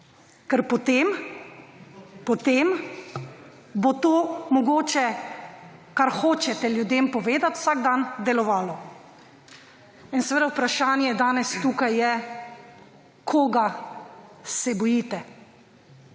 ker potem bo to mogoče, kar hočete ljudem povedati vsak dan, delovalo. Vprašanje danes tukaj je, koga se bojite.